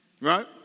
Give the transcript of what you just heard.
Right